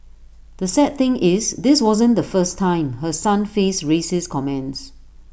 the sad thing is this wasn't the first time her son faced racist comments